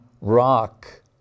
rock